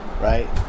Right